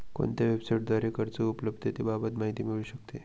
कोणत्या वेबसाईटद्वारे कर्ज उपलब्धतेबाबत माहिती मिळू शकते?